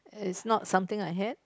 is not something I had